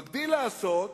ומגדיל לעשות